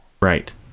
Right